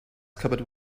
cupboard